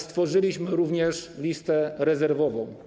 Stworzyliśmy również listę rezerwową.